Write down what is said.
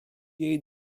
jej